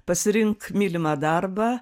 pasirink mylimą darbą